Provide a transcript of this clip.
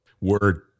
Word